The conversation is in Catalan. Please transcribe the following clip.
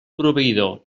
proveïdor